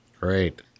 great